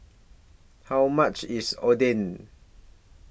How much IS Oden